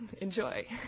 Enjoy